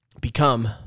become